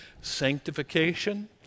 sanctification